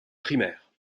primaire